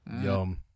Yum